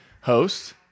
host